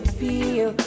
feel